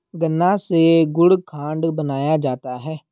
गन्ना से गुड़ खांड बनाया जाता है